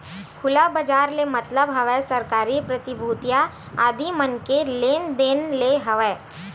खुला बजार ले मतलब हवय सरकारी प्रतिभूतिया आदि मन के लेन देन ले हवय